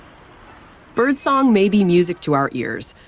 birdsong may be music to our ears,